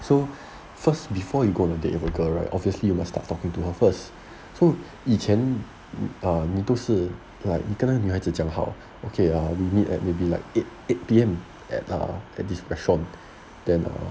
so first before you go on a date with a girl right obviously you must start talking to her first so 以前啊你都是 like 你跟那个女孩子讲好 okay ah we meet at maybe like eight eight P_M err maybe at this restaurant then ah